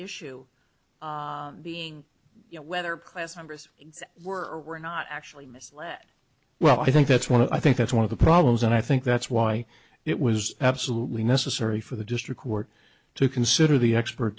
members were not actually misled well i think that's one i think that's one of the problems and i think that's why it was absolutely necessary for the district court to consider the expert